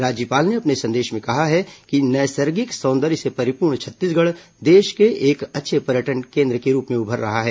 राज्यपाल ने अपने संदेश में कहा है कि नैसर्गिक सौंदर्य से परिपूर्ण छत्तीसगढ़ देश को एक अच्छे पर्यटन केन्द्र के रूप में उभर रहा है